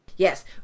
Yes